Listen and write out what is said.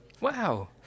Wow